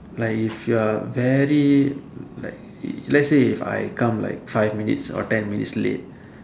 like if you're very like let's say if I come like five minutes or ten minutes late